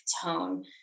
tone